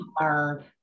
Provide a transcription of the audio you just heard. learn